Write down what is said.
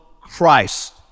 Christ